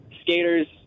skaters